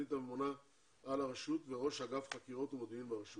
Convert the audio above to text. סגנית הממונה על הרשות וראש אגף חקירות ומודיעין ברשות